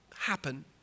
happen